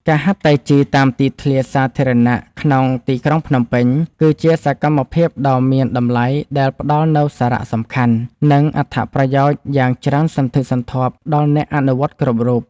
ការហាត់តៃជីតាមទីធ្លាសាធារណៈក្នុងទីក្រុងភ្នំពេញ គឺជាសកម្មភាពដ៏មានតម្លៃដែលផ្ដល់នូវសារៈសំខាន់ និងអត្ថប្រយោជន៍យ៉ាងច្រើនសន្ធឹកសន្ធាប់ដល់អ្នកអនុវត្តគ្រប់រូប។